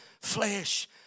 flesh